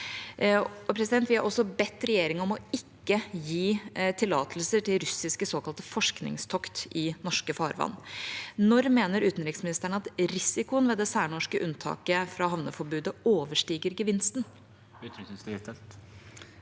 i Europa. Vi har også bedt regjeringa om ikke å gi tillatelser til russiske såkalte forskningstokt i norske farvann. Når mener utenriksministeren at risikoen ved det særnorske unntaket fra havneforbudet overstiger gevinsten?